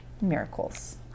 miracles